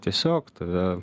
tiesiog tave